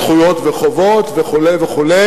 זכויות וחובות וכו',